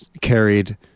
Carried